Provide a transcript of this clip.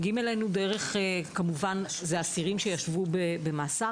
אלה אסירים שישבו במאסר.